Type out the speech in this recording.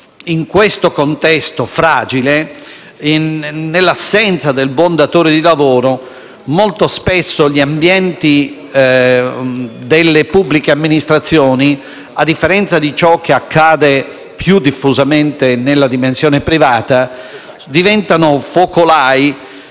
In questo contesto fragile, nell'assenza del buon datore di lavoro, molto spesso gli ambienti delle pubbliche amministrazioni, a differenza di ciò che accade più diffusamente nella dimensione privata, diventano focolai